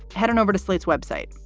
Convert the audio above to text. head on over to slate's web site.